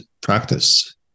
practice